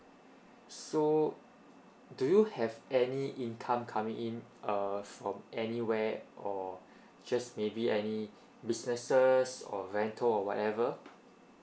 so do you have any income coming in err from anywhere or just maybe any businesses or rental or whatever